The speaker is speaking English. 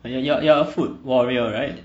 you are you are you are a food warrior right